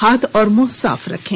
हाथ और मुंह साफ रखें